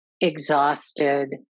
exhausted